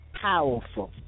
powerful